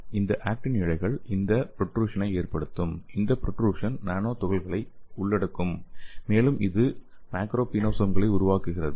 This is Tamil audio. இந்த ஆக்டின் இழைகள் இந்த புரோட்ரூஷனை ஏற்படுத்தும் இந்த புரோட்ரூஷன் நானோ துகள்களை உள்ளடக்கும் மேலும் இது மேக்ரோபினோசோம்களை உருவாக்குகிறது